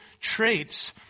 traits